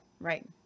Right